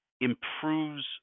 improves